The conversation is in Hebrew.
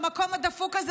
במקום הדפוק הזה,